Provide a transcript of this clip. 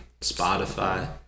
Spotify